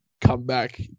comeback